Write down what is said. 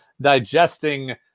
digesting